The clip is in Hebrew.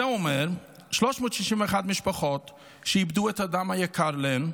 זה אומר 361 משפחות שאיבדו את האדם היקר להן,